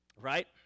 Right